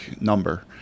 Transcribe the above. number